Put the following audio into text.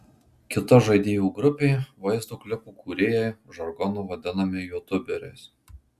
kita žaidėjų grupė vaizdo klipų kūrėjai žargonu vadinami jutuberiais